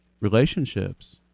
relationships